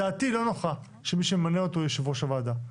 דעתי לא נוחה כשמי שממנה אותו הוא יושב ראש הוועדה,